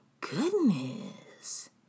goodness